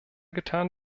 getan